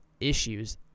issues